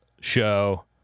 show